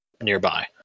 nearby